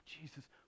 jesus